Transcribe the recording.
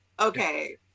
Okay